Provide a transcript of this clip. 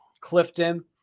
Clifton